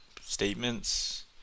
statements